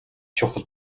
чухал